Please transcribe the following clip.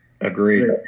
Agreed